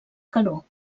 calor